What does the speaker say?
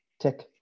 tick